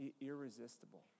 Irresistible